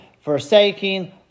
Forsaking